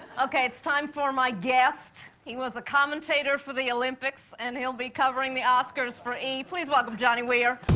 okay, it's time for my guest. he was a commentator for the olympics and he'll be covering the oscars for e! please welcome johnny weir.